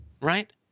Right